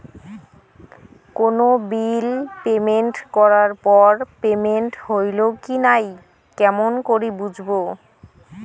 কোনো bill payment করার পর পেমেন্ট হইল কি নাই কেমন করি বুঝবো?